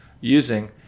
using